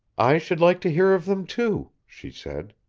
i should like to hear of them, too, she said.